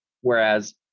Whereas